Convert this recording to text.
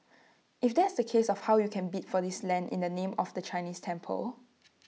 if that is the case how can you bid for this land in the name of A Chinese temple